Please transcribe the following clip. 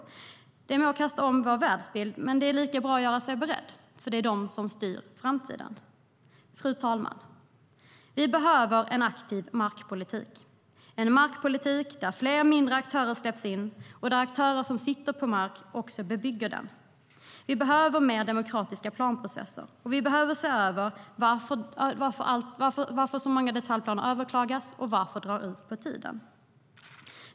Det må vara att kasta om vår världsbild, men det är lika bra att göra sig beredd, för det är de som styr i framtiden. Fru talman! Vi behöver en aktiv markpolitik, en markpolitik där fler mindre aktörer släpps in och där aktörer som sitter på mark också bebygger den. Vi behöver mer demokratiska planprocesser. Vi behöver se över varför så många detaljplaner överklagas och varför det hela drar ut på tiden.